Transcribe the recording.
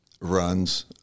runs